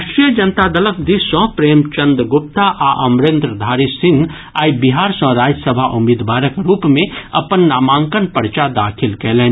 राष्ट्रीय जनता दलक दिस सँ प्रेमचन्द गुप्ता आ अमरेन्द्रधारी सिंह आइ बिहार सँ राज्यसभा उम्मीदवारक रूप मे अपन नामांकन पर्चा दाखिल कयलनि